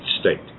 state